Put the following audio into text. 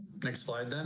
next slide, then